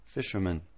Fisherman